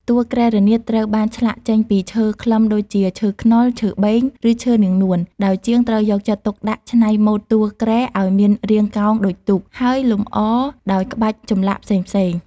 តួគ្រែរនាតត្រូវបានឆ្លាក់ចេញពីឈើខ្លឹមដូចជា ឈើខ្នុរ ឈើបេង ឬឈើនាងនួន ដោយជាងត្រូវយកចិត្តទុកដាក់ច្នៃម៉ូដតួគ្រែឱ្យមានរាងកោងដូចទូក ហើយលម្អដោយក្បាច់ចម្លាក់ផ្សេងៗ។